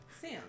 Sam